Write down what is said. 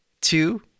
two